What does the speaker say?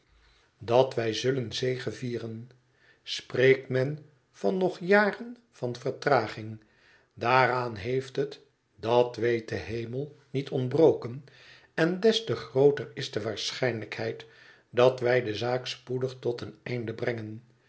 dat wij zullen zegevieren spreekt men van nog jaren van vertraging daaraan heeft het dat weet de hemel niet ontbroken en des te grooter is de waarschijnlijkheid dat wij de zaak spoedig tot een einde brengen